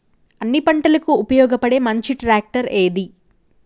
అన్ని పంటలకు ఉపయోగపడే మంచి ట్రాక్టర్ ఏది?